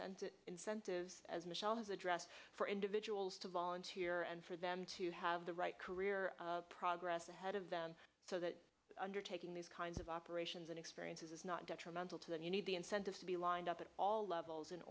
sense of incentive as michelle has addressed for individuals to volunteer and for them to have the right career progress ahead of them so that undertaking these kinds of operations and experiences is not detrimental to the need the incentive to be lined up at all levels in